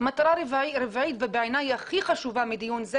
מטרה רביעית שהיא הכי חשובה בדיון זה